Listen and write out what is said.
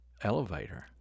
elevator